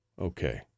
Okay